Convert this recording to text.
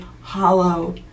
hollow